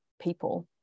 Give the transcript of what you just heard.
people